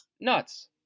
nuts